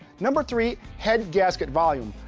number three, head gasket volume,